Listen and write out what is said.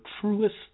truest